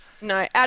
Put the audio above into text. No